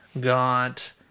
got